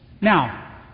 Now